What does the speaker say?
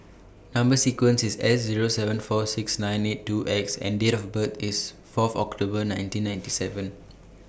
Number sequence IS S Zero seven four six nine eight two X and Date of birth IS Fourth October nineteen ninety seven